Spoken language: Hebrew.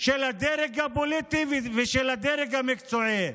של הדרג הפוליטי ושל הדרג המקצועי.